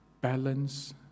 balance